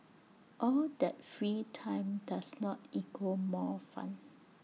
all that free time does not equal more fun